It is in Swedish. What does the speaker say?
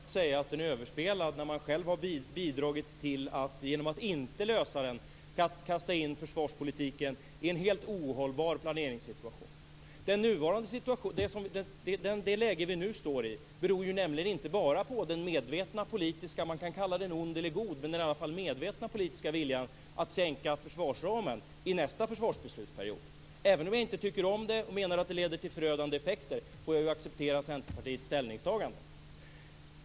Herr talman! Det är naturligtvis lätt att säga att frågan är överspelad när man själv har bidragit till att inte lösa frågan genom att kasta in försvarspolitiken i en helt ohållbar planeringssituation. Det läge vi nu står i beror inte bara på den medvetna politiska - ond eller god - viljan att sänka försvarsramen i nästa försvarsbeslutsperiod. Även om jag inte tycker om det, och jag menar att det leder till förödande effekter, får jag acceptera Centerpartiets ställningstagande.